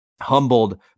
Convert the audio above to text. humbled